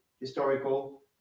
historical